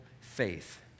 faith